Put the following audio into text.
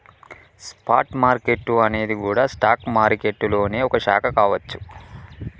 spot market అనేది గూడా stock మారికెట్టులోనే ఒక శాఖ కావచ్చు